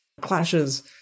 clashes